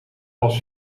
als